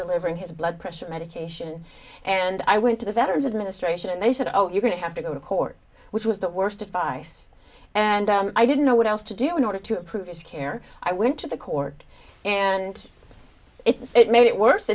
delivering his blood pressure medication and i went to the veteran's administration and they said oh you're going to have to go to court which was the worst advice and i didn't know what else to do in order to prove his care i went to the court and it made it worse